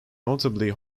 notably